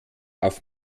auf